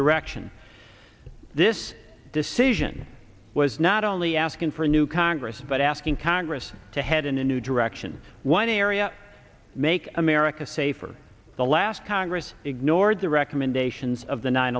direction this decision was not only asking for a new congress but asking congress to head in a new direction one area make america safer the last congress ignored the recommendations of the nine